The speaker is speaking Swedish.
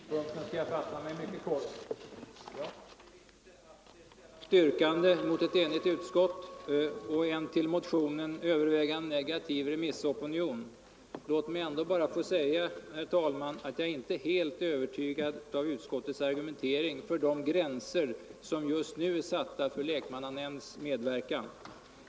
Herr talman! Vid den här sena tidpunkten skall jag fatta mig mycket kort. Jag avser inte att ställa något yrkande mot ett enigt utskott och en till motionen övervägande negativ remissopinion. Låt mig ändå bara få säga, herr talman, att jag inte är helt övertygad av utskottets argumen tering för de gränser som just nu är satta för lekmannanämnds medverkan.